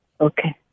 Okay